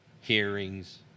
hearings